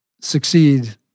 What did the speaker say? succeed